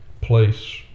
place